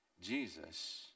Jesus